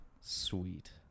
Sweet